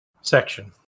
section